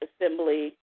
Assembly